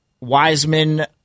Wiseman